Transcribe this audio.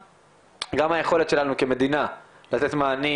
אבל כמובן גם היכולת שלנו כמדינה לתת מענים